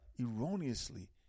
erroneously